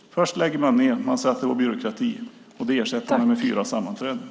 Först lägger man ned institutet och säger att det är byråkrati, och sedan ersätter man det med fyra sammanträden.